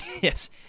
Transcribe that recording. Yes